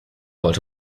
wollte